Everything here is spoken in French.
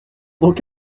donc